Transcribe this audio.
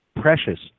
precious